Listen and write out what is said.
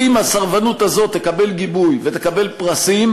ואם הסרבנות הזאת תקבל גיבוי ותקבל פרסים,